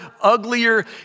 uglier